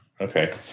Okay